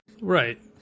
Right